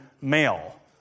male